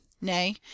nay